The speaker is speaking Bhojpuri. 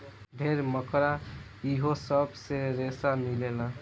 भेड़, मकड़ा इहो सब से रेसा मिलेला